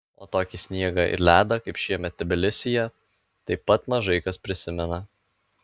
o tokį sniegą ir ledą kaip šiemet tbilisyje taip pat mažai kas prisimena